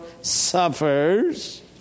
suffers